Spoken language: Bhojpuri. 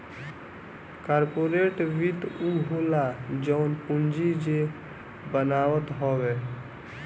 कार्पोरेट वित्त उ होला जवन पूंजी जे बनावत हवे